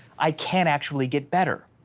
i can actually get better.